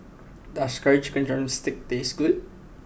does Curry Chicken Drumstick taste good